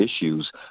issues